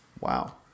Wow